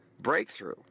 breakthrough